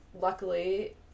luckily